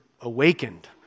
awakened